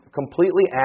completely